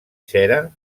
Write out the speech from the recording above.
cera